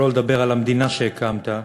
שלא לדבר על המדינה שהקמת,